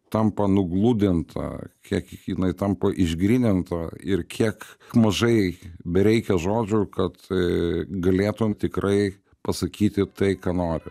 tampa nugludinta kiek jinai tampa išgryninta ir kiek mažai bereikia žodžių kad e galėtum tikrai pasakyti tai ką nori